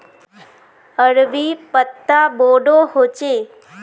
अरबी पत्ता बोडो होचे